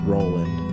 Roland